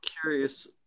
curious